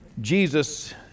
jesus